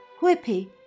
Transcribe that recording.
Whippy